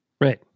right